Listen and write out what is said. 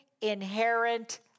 inherent